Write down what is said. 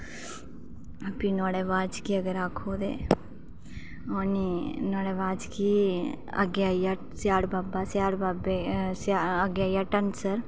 प्ही नुहाड़े बाद अगर आक्खो कि का ओह् नुहाड़ै बाद आइया स्याढ़ बाबा स्याढ़ बाबा अग्गें आइया धनसर